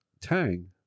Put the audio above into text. tang